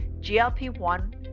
GLP-1